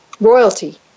royalty